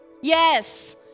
yes